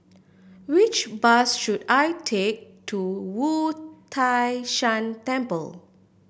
which bus should I take to Wu Tai Shan Temple